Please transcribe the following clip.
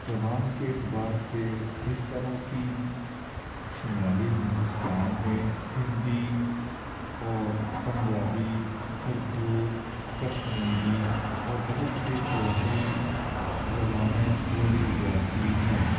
زبان کے اعتبار سے اس طرح کی شمالی ہندوستان میں ہندی اور پنجابی اردو کشمیری اور بہت سے دوسری زبانیں بولی جاتی ہیں